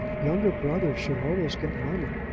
younger brothers should always get money.